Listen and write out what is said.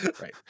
Right